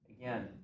Again